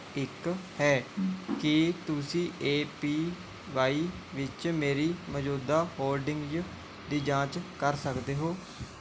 ਇੱਕ ਹੈ ਕੀ ਤੁਸੀਂ ਏ ਪੀ ਵਾਈ ਵਿੱਚ ਮੇਰੀ ਮੌਜੂਦਾ ਹੋਲਡਿੰਗਜ਼ ਦੀ ਜਾਂਚ ਕਰ ਸਕਦੇ ਹੋ